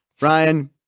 Ryan